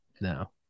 No